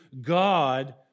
God